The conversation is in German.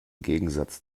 gegensatz